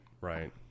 Right